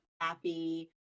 happy